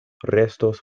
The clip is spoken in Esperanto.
restos